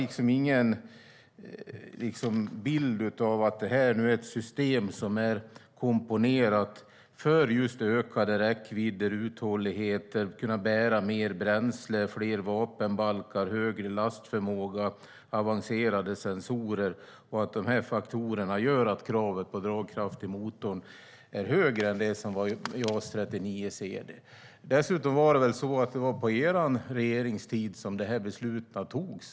Ni har ingen bild av att detta är ett system som är komponerat för just ökad räckvidd, ökad uthållighet, att kunna bära mer bränsle, fler vapenbalkar, högre lastförmåga och avancerade sensorer. De faktorerna gör att kravet på dragkraft i motorn är högre än det var för JAS 39C/D. Dessutom var det väl under er regeringstid som besluten togs.